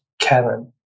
Kevin